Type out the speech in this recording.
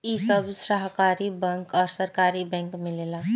इ सब सहकारी बैंक आ सरकारी बैंक मिलेला